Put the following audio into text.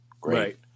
great